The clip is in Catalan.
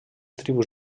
tribus